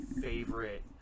favorite